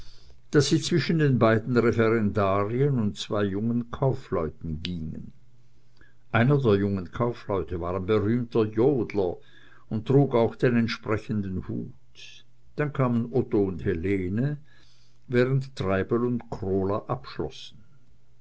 daß sie zwischen den beiden referendarien und zwei jungen kaufleuten gingen einer der jungen kaufleute war ein berühmter jodler und trug auch den entsprechenden hut dann kamen otto und helene während treibel und krola abschlossen